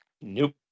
Nope